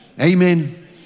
Amen